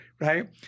right